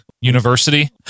University